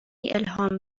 الهام